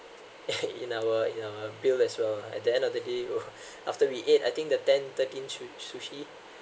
in our in our bill as well at the end of the day it will after we ate I think the ten thirteen su~ sushi